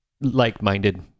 like-minded